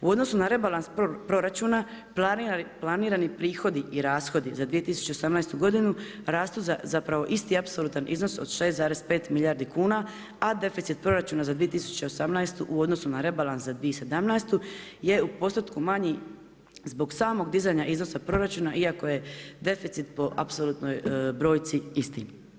U odnosu na rebalans proračuna planirani prihodi i rashodi za 2018. rastu zapravo za isti apsolutan iznos od 6,5 milijardi kuna a da deficit proračuna za 2018. u odnosu na rebalans za 2017. je u postotku manji zbog samog dizanja iznosa proračuna iako je deficit po apsolutnoj brojci isti.